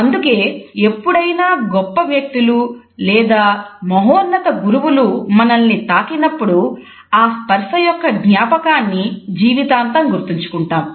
అందుకె ఎప్పుడైనా గొప్ప వ్యక్తులు లేదా మహోన్నత గురువులు మనల్ని తాకినప్పుడు ఆ ఆ స్పర్శ యొక్క జ్ఞాపకాన్ని జీవితాంతం గుర్తుంచుకుంటాము